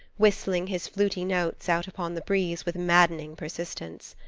whistling his fluty notes out upon the breeze with maddening persistence.